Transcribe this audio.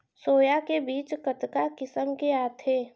Soya के बीज कतका किसम के आथे?